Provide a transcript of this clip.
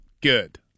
Good